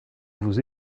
vous